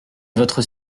votre